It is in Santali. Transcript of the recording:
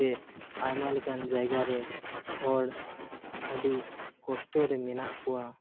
ᱛᱮ ᱟᱭᱢᱟ ᱞᱮᱠᱟᱱ ᱡᱟᱭᱜᱟᱨᱮ ᱦᱚᱲ ᱟᱹᱰᱤ ᱠᱚᱥᱴᱚᱨᱮ ᱢᱮᱱᱟᱜ ᱠᱚᱣᱟ